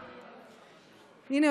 הינה,